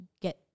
get